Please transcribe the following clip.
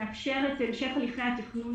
הוא מאפשר את המשך הליכי התכנון,